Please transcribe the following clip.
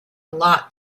lot